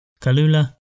Kalula